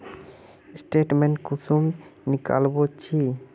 Statement कुंसम निकलाबो छी?